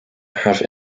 have